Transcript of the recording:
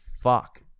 fuck